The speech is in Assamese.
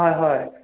হয় হয়